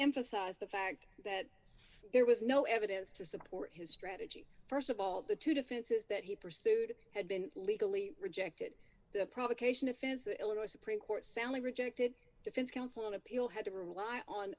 emphasize the fact that there was no evidence to support his strategy st of all the two defenses that he pursued had been legally rejected the provocation offense the illinois supreme court soundly rejected defense counsel an appeal had to rely on